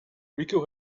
rico